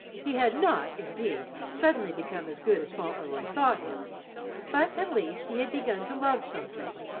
he had not, indeed, suddenly become as good as fauntleroy thought him but, at least, he had begun to love something,